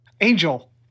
Angel